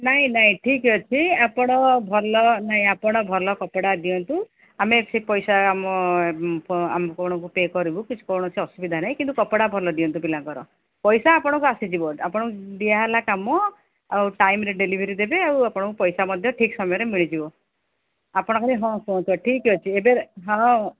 ନାହିଁ ନାହିଁ ଠିକ୍ ଅଛି ଆପଣ ଭଲ ନାହିଁ ଆପଣ ଭଲ କପଡ଼ା ଦିଅନ୍ତୁ ଆମେ ସେ ପଇସା ଆମ ଆମ କୁ ପେ କରିବୁ କିଛି କୌଣସି ଅସୁବିଧା ନାହିଁ କିନ୍ତୁ କପଡ଼ା ଭଲ ଦିଅନ୍ତୁ ପିଲାଙ୍କର ପଇସା ଆପଣଙ୍କୁ ଆସିଯିବ ଆପଣଙ୍କୁ ଦିଆହେଲା କାମ ଆଉ ଟାଇମ୍ରେ ଡେଲିଭରି ଦେବେ ଆଉ ଆପଣଙ୍କୁ ପଇସା ମଧ୍ୟ ଠିକ୍ ସମୟରେ ମିଳିଯିବ ଆପଣ ଖାଲି ହଁ କୁହନ୍ତୁ ଠିକ୍ ଅଛି ଏବେ ହଁ